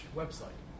website